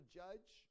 judge